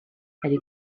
est